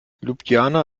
ljubljana